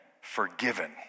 forgiven